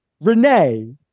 Renee